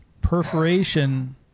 perforation